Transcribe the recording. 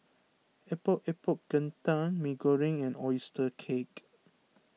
Epok Epok Kentang Mee Goreng and Oyster Cake